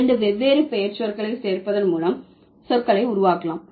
இரண்டு வெவ்வேறு பெயர்ச்சொற்களை சேர்ப்பதன் மூலம் சொற்களை உருவாக்கலாம்